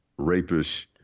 rapish